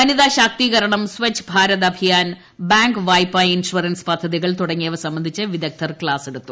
വനിതാ ശാക്തീകരണം സച്ച് ഭാരത് അഭിയാൻ ബാങ്ക് വായ്പാ ഇൻഷുറൻസ് പദ്ധതികൾ തുടങ്ങിയവ സംബന്ധിച്ച് വിദഗ്ധൻ ക്ലാസ്സെടുത്തു